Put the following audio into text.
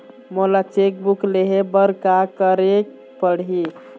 मोला cheque book लेहे बर का केरेक पढ़ही?